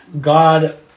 God